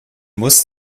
muss